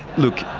look,